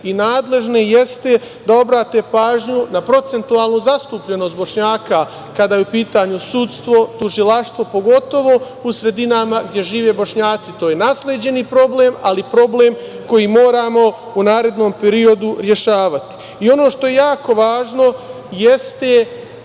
i nadležne jeste da obrate pažnju na procentualnu zastupljenost Bošnjaka kada je u pitanju sudstvo, tužilaštvo, pogotovo u sredinama gde žive Bošnjaci. To je nasleđeni problem, ali problem koji moramo u narednom periodu rešavati. Ono što je jako važno jeste